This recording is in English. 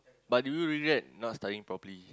but do you really like not studying properly